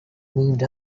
moved